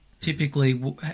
typically